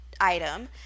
item